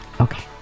Okay